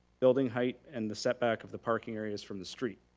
building height, and the set back of the parking areas from the street.